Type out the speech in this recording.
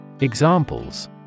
Examples